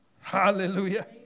Hallelujah